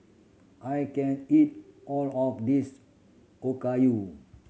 I can't eat all of this Okayu